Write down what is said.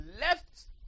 left